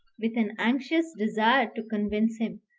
with an anxious desire to convince him,